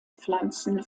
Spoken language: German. pflanzen